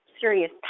serious